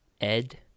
Ed